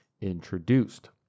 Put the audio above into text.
introduced